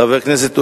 חבר הכנסת מקלב.